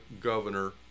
governor